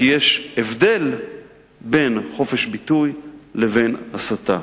כי יש הבדל בין חופש ביטוי לבין הסתה.